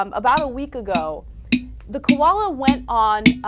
um about a week ago the koala when on ah.